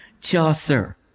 Chaucer